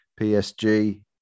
PSG